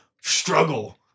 struggle